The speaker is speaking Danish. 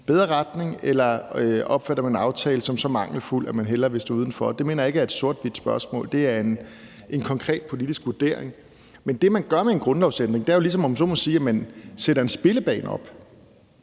bedre retning, eller opfatter man en aftale som så mangelfuld, at man hellere vil stå udenfor? Det mener jeg ikke er et sort-hvidt spørgsmål. Det er en konkret politisk vurdering. Det, man gør med en grundlovsændring, er jo, om man så må sige, at man sætter en spillebane op.